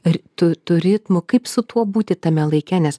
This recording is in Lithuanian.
ir tų tų ritmų kaip su tuo būti tame laike nes